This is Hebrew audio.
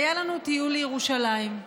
היה לנו טיול לירושלים,